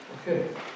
Okay